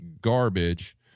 garbage